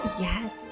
yes